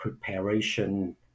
preparation